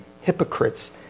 hypocrites